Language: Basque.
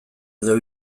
edo